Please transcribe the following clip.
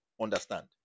understand